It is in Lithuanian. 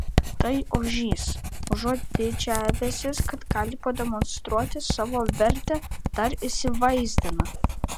tai ožys užuot didžiavęsis kad gali pademonstruoti savo vertę dar įsivaizdina